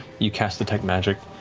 you cast detect magic.